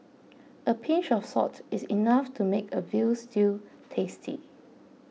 a pinch of salt is enough to make a Veal Stew tasty